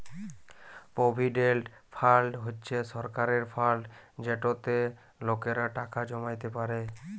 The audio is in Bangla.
পভিডেল্ট ফাল্ড হছে সরকারের ফাল্ড যেটতে লকেরা টাকা জমাইতে পারে